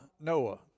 Noah